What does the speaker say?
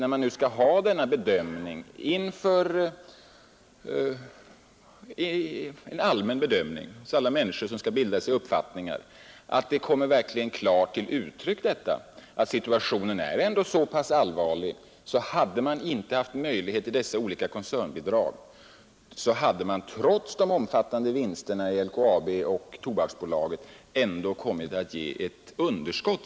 När man skall göra en samlad bedömning är det viktigt att det kommer till klart uttryck att situationen är så allvarlig: hade man inte haft möjlighet till alla dessa koncernbidrag skulle hela denna företagsgrupp, trots de omfattande vinsterna i LKAB och Tobaksbolaget, ha uppvisat ett underskott.